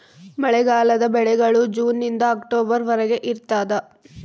ಮಳೆಗಾಲದ ಬೆಳೆಗಳು ಜೂನ್ ನಿಂದ ಅಕ್ಟೊಬರ್ ವರೆಗೆ ಇರ್ತಾದ